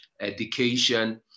education